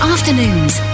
Afternoons